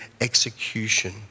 execution